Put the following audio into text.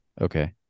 Okay